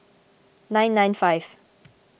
nine nine five